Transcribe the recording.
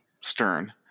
Stern